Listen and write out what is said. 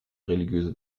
religiöse